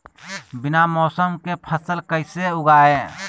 बिना मौसम के फसल कैसे उगाएं?